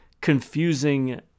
confusing